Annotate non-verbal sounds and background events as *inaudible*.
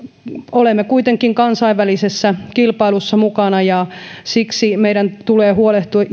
olemme kuitenkin kansainvälisessä kilpailussa mukana ja siksi meidän tulee huolehtia *unintelligible*